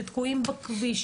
שתקועים בכביש,